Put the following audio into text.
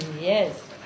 yes